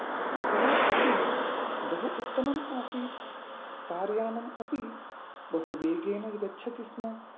car अपि बहु उत्तमम् आसीत् कार् यानम् अपि बहु वेगेन गच्छति स्म